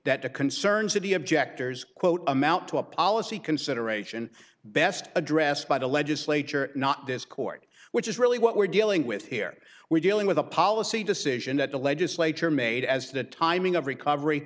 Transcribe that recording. that the concerns of the objectors quote amount to a policy consideration best addressed by the legislature not this court which is really what we're dealing with here we're dealing with a policy decision that the legislature made as to the timing of recovery